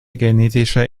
genetische